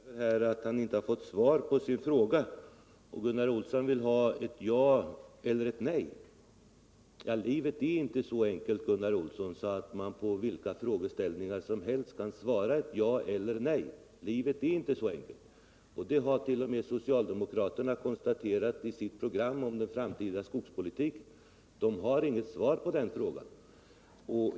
Herr talman! Gunnar Olsson klagar över att han inte fått svar på sin fråga. Gunnar Olsson vill ha ct ja eller ett nej. Livet är inte så enkelt, Gunnar Olsson, att man på vilka frågeställningar som helst kan svara ja eller nej. Livet är, som sagt. inte så enkelt. Det hart.o.m. socialdemokraterna konstaterat i sitt program om den framtida skogspolitiken. De har inget svar på den frågan.